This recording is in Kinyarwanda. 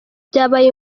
byabaye